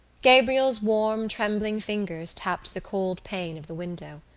gabriel's warm trembling fingers tapped the cold pane of the window.